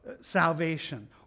salvation